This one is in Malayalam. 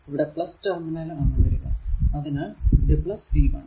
ഇവിടെ ടെർമിനൽ ആണ് വരിക അതിനാൽ ഇത് v1